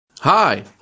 Hi